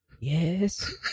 Yes